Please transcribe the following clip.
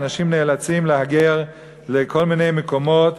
ואנשים נאלצים להגר לכל מיני מקומות,